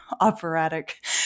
operatic